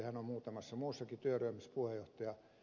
hän on muutamassa muussakin työryhmässä puheenjohtajana